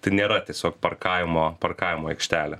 tai nėra tiesiog parkavimo parkavimo aikštelė